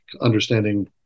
understanding